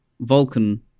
Vulcan